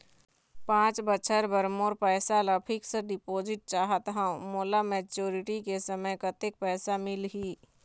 पांच बछर बर मोर पैसा ला फिक्स डिपोजिट चाहत हंव, मोला मैच्योरिटी के समय कतेक पैसा मिल ही?